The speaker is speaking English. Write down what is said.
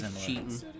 Cheating